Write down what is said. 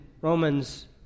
Romans